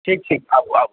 ठीक ठीक आबु आबु